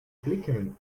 flickering